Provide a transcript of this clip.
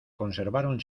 conservaron